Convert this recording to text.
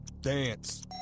Dance